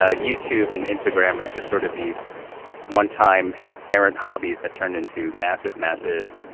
ah youtube and instagram are just sort of these one time errant hobbies that turned into massive, massive,